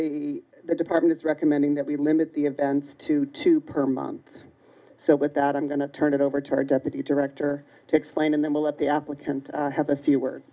then the department is recommending that we limit the events to two per month so with that i'm going to turn it over to our deputy director to explain and then we'll let the applicant have a few words